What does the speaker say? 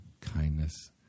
kindness